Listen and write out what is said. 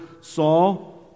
Saul